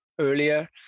earlier